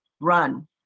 Run